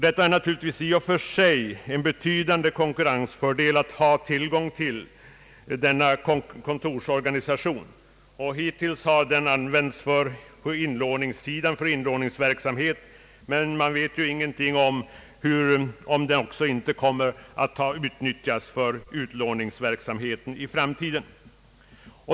Det är naturligtvis i och för sig en betydande konkurrensfördel att ha tillgång till denna kontorsorganisation. Hittills har denna använts för inlåningsverksamhet, men man vet inte om den inte också kommer att utnyttjas för utlåningsverksamheten i framtiden.